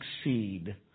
succeed